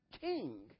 king